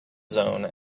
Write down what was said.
zone